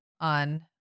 on